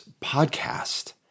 podcast